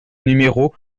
numéro